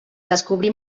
descobrir